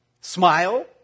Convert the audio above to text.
smile